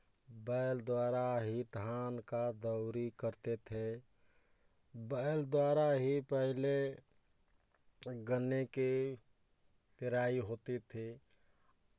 बैल द्वारा ही धान का दौरी करते थे बैल द्वारा ही पहले गन्ने के पेराई होती थी